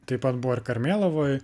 taip pat buvo ir karmėlavoj